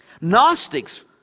Gnostics